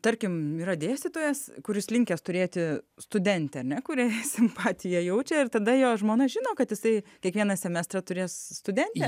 tarkim yra dėstytojas kuris linkęs turėti studentę ar ne kuriai simpatiją jaučia ir tada jo žmona žino kad jisai kiekvieną semestrą turės studentę